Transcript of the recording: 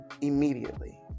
immediately